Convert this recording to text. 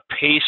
pace